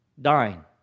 dying